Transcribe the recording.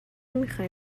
میخوایی